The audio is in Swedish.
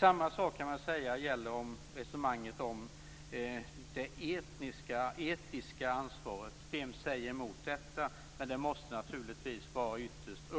Samma sak gäller resonemanget om det etiska ansvaret. Vem säger emot detta? Men det måste naturligtvis ytterst vara